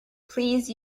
please